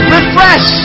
Refresh